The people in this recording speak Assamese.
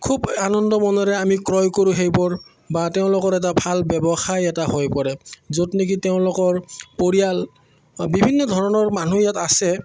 খুব আনন্দ মনেৰে আমি ক্ৰয় কৰোঁ সেইবোৰ বা তেওঁলোকৰ এটা ভাল ব্যৱসায় এটা হৈ পৰে য'ত নেকি তেওঁলোকৰ পৰিয়াল বিভিন্ন ধৰণৰ মানুহ ইয়াত আছে